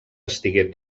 estigué